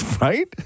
Right